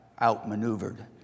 outmaneuvered